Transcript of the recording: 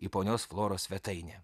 į ponios floros svetainę